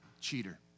cheater